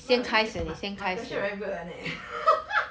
no your mu~ is my my question very weird [one] eh